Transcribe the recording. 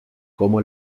cómo